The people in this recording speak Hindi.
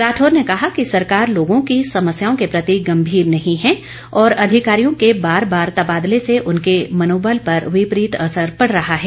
राठौर ने कहा कि सरकार लोगों की समस्याओं के प्रति गंभीर नहीं है और अधिकारियों के बार बार तबादले से उनके मनोबल पर विपरीत असर पड़ रहा है